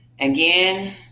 again